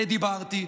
על זה דיברתי,